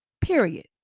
period